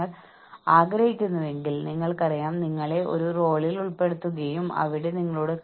ഓർഗനൈസേഷന്റെ തീരുമാനമെടുക്കൽ പ്രക്രിയകളിൽ ജീവനക്കാരെ ഉൾപ്പെടുത്തേണ്ടതും ആവശ്യമാണ്